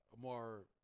more